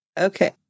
okay